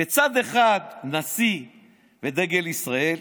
בצד אחד נשיא ודגל ישראל,